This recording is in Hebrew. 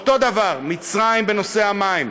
ואותו דבר מצרים בנושא המים,